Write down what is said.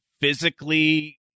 physically